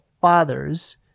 fathers